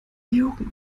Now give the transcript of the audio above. jugend